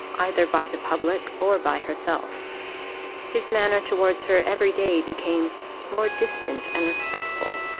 either by the public or by herself his manner towards her every day became more distant and respectful,